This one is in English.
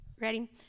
Ready